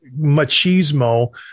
machismo